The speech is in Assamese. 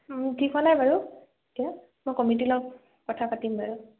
ঠিক হোৱা নাই বাৰু এতিয়া মই কমিটিৰ লগত কথা পাতিম বাৰু